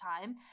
time